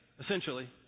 essentially